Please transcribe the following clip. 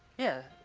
yeah,